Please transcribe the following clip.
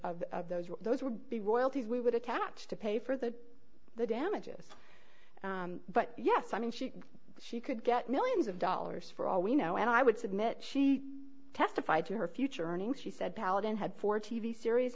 benefit of those those would be royalties we would attach to pay for the the damages but yes i mean she she could get millions of dollars for all we know and i would submit she testified to her future earnings she said paladin had four t v series